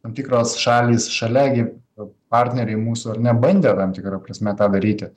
tam tikros šalys šalia gi partneriai mūsų ar ne bandė tam tikra prasme tą daryti